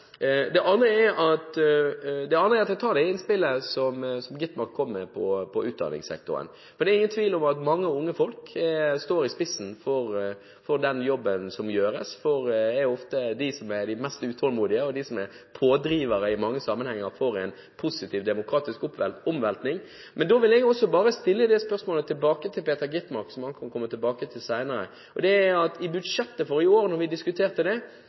er at jeg tar det innspillet som Skovholt Gitmark kom med på utdanningssektoren. Det er ingen tvil om at mange unge folk står i spissen for den jobben som gjøres, for de er ofte de mest utålmodige, og de er pådrivere i mange sammenhenger for en positiv demokratisk omveltning. Men da vil jeg bare stille et spørsmål tilbake til Peter Skovholt Gitmark, som han kan komme tilbake til senere. Da vi diskuterte budsjettet for i år, kuttet Peter Skovholt Gitmark og Høyre ut all støtte til Latin-Amerika. Det var 200 mill. kr, hvorav 100 mill. kr i år